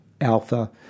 alpha